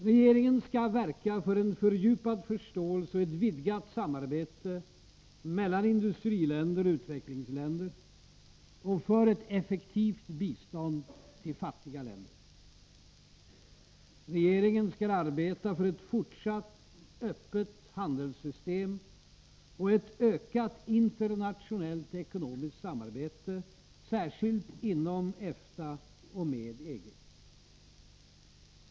Regeringen skall verka för en fördjupad förståelse och ett vidgat samarbete mellan industriländer och utvecklingsländer och för ett effektivt bistånd till fattiga länder. Regeringen skall arbeta för ett fortsatt öppet handelssystem och ett ökat internationellt ekonomiskt samarbete, särskilt inom EFTA och med EG.